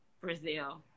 Brazil